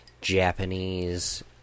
Japanese